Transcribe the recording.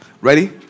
ready